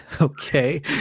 okay